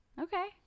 Okay